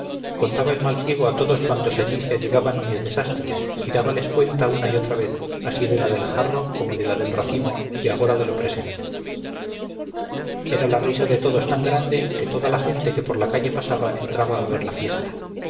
contaba el mal ciego a todos cuantos allí se allegaban mis desastres y dábales cuenta una y otra vez así de la del jarro como de la del racimo y agora de lo presente era la risa de todos tan grande que toda la gente que por la calle pasaba entraba a ver la fiesta